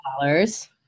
dollars